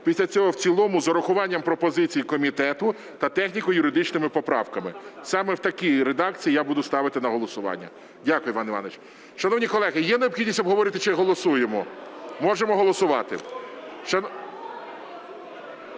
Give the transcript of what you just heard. після цього в цілому з урахуванням пропозицій комітету та техніко-юридичними поправками? Саме в такій редакції я буду ставити на голосування. Дякую, Іван Іванович. Шановні колеги, є необхідність обговорити чи голосуємо? Можемо голосувати.